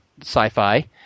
sci-fi